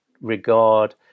regard